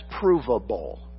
provable